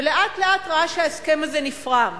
ולאט לאט הוא ראה שההסכם הזה נפרם,